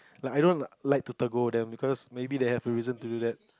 like I don't like to them because maybe they have a reason to do that